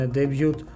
debut